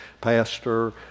pastor